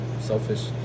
selfish